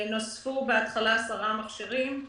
בהתחלה נוספו 10 מכשירים,